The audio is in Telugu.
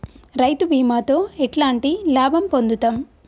రైతు బీమాతో ఎట్లాంటి లాభం పొందుతం?